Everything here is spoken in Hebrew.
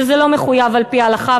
שזה לא מחויב על-פי ההלכה,